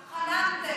התחננתם.